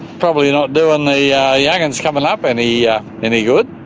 probably not doing the yeah young'uns coming up any yeah any good.